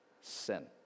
sin